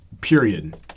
period